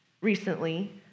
recently